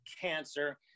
cancer